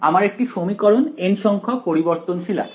আমার একটি সমীকরণ n সংখ্যক পরিবর্তনশীল আছে